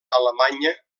alemanya